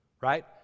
right